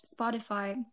Spotify